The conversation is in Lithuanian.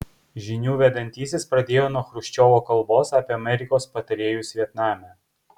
žinių vedantysis pradėjo nuo chruščiovo kalbos apie amerikos patarėjus vietname